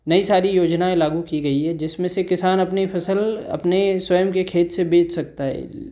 नई सारी योजना लागू की गई है जिसमें से किसान अपनी फ़सल अपने स्वयं के खेत से बेच सकता है